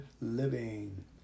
living